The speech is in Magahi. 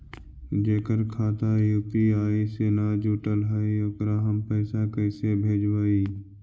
जेकर खाता यु.पी.आई से न जुटल हइ ओकरा हम पैसा कैसे भेजबइ?